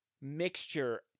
mixture